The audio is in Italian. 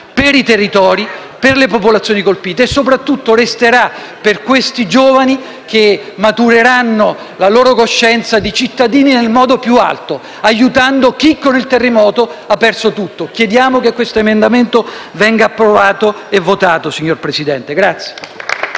per i territori, per le popolazioni colpite e soprattutto resterà per questi giovani che matureranno la loro coscienza di cittadini nel modo più alto, aiutando chi, con il terremoto, ha perso tutto. Chiediamo quindi che questo emendamento venga votato e approvato. *(Applausi dal Gruppo